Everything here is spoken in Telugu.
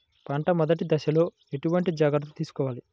పంట మెదటి దశలో ఎటువంటి జాగ్రత్తలు తీసుకోవాలి?